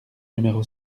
numéro